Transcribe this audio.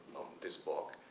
this book,